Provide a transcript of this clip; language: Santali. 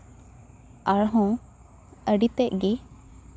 ᱟᱨᱦᱚᱸ ᱟᱹᱰᱤ ᱛᱮᱫ ᱜᱮ